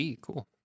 cool